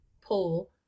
pull